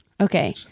Okay